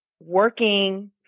working